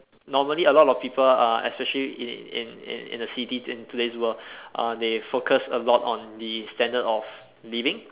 normally a lot of people uh especially in in in in the cities in today's world uh they focus a lot on the standard of living